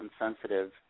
insensitive